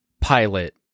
pilot